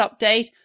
update